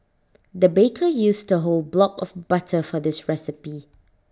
the baker used A whole block of butter for this recipe